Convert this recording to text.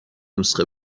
نسخه